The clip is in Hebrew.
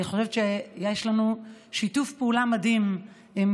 אני חושבת שיש לנו שיתוף פעולה מדהים עם